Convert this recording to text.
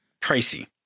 pricey